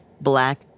black